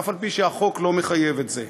אף-על-פי שהחוק לא מחייב את זה.